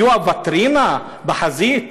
יהיו הוויטרינה בחזית,